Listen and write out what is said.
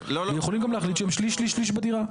לא והם יכולים גם להחליט שהם שליש שליש שליש בדירה.